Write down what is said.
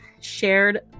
shared